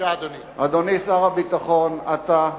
אדוני שר הביטחון, אתה,